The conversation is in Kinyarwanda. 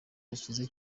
bakize